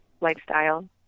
lifestyle